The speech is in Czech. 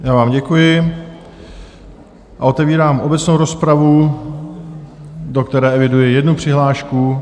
Já vám děkuji a otevírám obecnou rozpravu, do které eviduji jednu přihlášku.